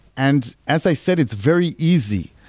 and as i said, it's very easy.